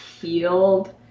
healed